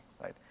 right